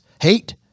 hate